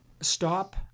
stop